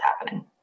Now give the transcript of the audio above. happening